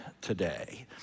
today